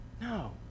No